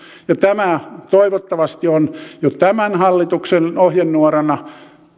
tämä toivottavasti on jo tämän hallituksen ohjenuorana